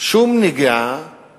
שום נגיעה